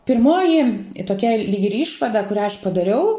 pirmoji tokia lyg ir išvada kurią aš padariau ne